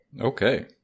Okay